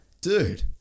dude